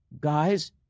guys